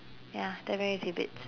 ya definitely tidbits